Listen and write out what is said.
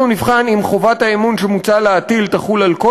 אנחנו נבחן אם חובת האמון שמוצע להטיל תחול על כל